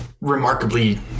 remarkably